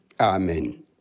Amen